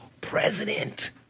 president